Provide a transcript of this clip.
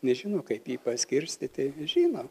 nežino kaip jį paskirstyti žino